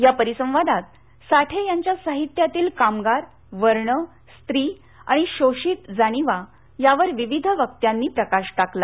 या परिसंवादात साठे यांच्या साहित्यातील कामगार वर्ण स्त्री आणि शोषित जाणीवा यावर विविध वक्त्यांनी प्रकाश टाकला